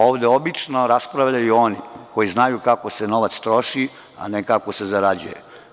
Ovde obično raspravljaju oni koji znaju kako se novac troši, a ne kako se zarađuje.